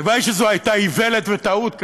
הלוואי שזו הייתה איוולת וטעות,